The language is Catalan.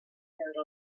veure